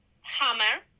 hammer